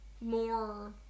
more